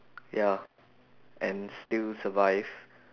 ya and still survive